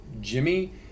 Jimmy